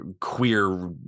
queer